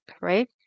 right